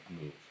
move